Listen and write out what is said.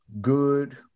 good